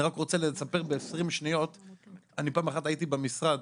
אני רק רוצה לספר, אני פעם אחת הייתי במשרד.